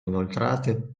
inoltrate